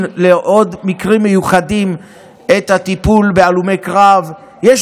האם אתה מבחין בעוד מקרים מיוחדים של הלומי קרב שיקבלו טיפול,